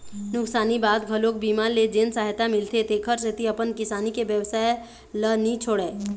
नुकसानी बाद घलोक बीमा ले जेन सहायता मिलथे तेखर सेती अपन किसानी के बेवसाय ल नी छोड़य